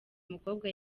mukobwa